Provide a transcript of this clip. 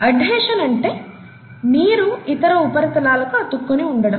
adhesion అంటే నీరు ఇతర ఉపరితలాలకి అతుక్కుని ఉండటం